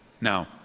Now